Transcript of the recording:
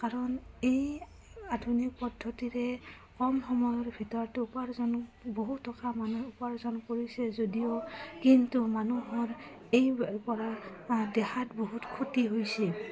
কাৰণ এই আধুনিক পদ্ধতিৰে কম সময়ৰ ভিতৰতে উপাৰ্জন বহুত টকা মানুহে উপাৰ্জন কৰিছে যদিও কিন্তু মানুহৰ ইয়াৰপৰা দেহাত বহুত ক্ষতি হৈছে